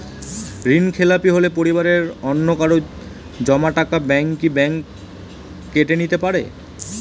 ঋণখেলাপি হলে পরিবারের অন্যকারো জমা টাকা ব্যাঙ্ক কি ব্যাঙ্ক কেটে নিতে পারে?